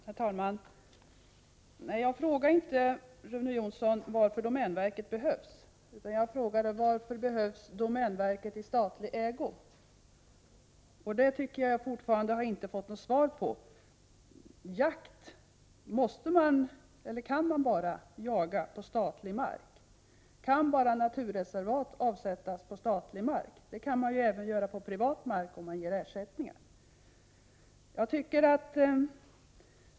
Herr talman! Nej, jag frågade inte Rune Jonsson varför domänverket behövs utan: Varför behövs domänverket i statlig ägo? Det tycker jag faktiskt inte att jag har fått något svar på. Kan man jaga bara på statlig mark? Kan naturreservat avsättas bara på statlig mark? Nej, det kan naturligtvis ske även på privat mark, om man ger ersättning.